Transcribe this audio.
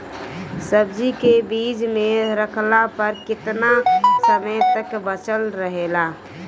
सब्जी के फिज में रखला पर केतना समय तक बचल रहेला?